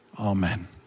Amen